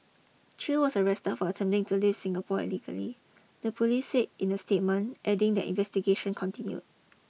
Chew was arrested for attempting to leave Singapore illegally the police said in a statement adding that investigation continued